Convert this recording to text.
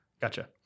gotcha